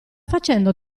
facendo